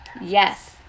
Yes